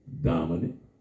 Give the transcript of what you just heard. dominant